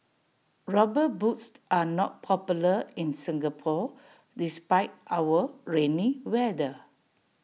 rubber boots are not popular in Singapore despite our rainy weather